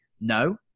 no